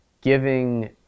giving